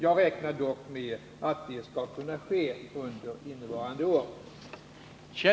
Jag räknar dock med att det skall kunna ske under innevarande ' år.